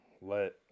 let